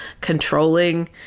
controlling